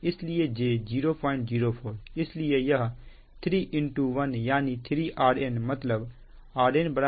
इसलिए j004 इसलिए यह 3 1 यानी 3 Rn मतलब Rn 1Ω